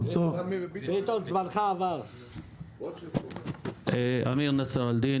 אני אמיר נסראלדין,